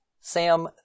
Sam